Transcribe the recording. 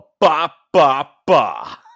ba-ba-ba